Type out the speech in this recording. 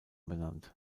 benannt